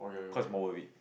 cause more worth it